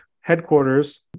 headquarters